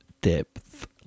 depth